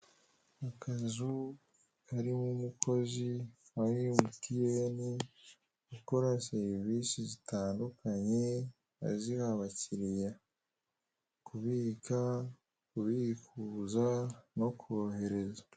Akazu karimo umukozi wa emutiyeni, ukora serivisi zitandukanye, ahiza abakiriya. Kubika, kubikuza, no kohereza.